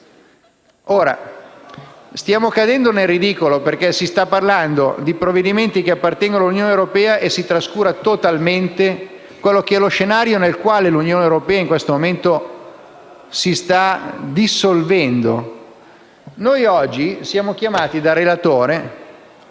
Stiamo cadendo nel ridicolo, perché si sta parlando di provvedimenti dell'Unione europea e si trascura totalmente lo scenario nel quale l'Unione europea in questo momento si sta dissolvendo. Noi oggi siamo chiamati dal relatore